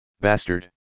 Bastard